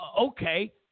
okay